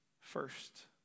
first